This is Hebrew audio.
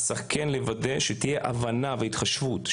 צריך לוודא שתהיה הבנה והתחשבות,